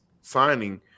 signing